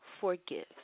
forgive